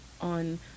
on